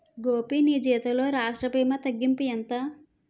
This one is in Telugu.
గోపీ నీ జీతంలో రాష్ట్ర భీమా తగ్గింపు ఎంత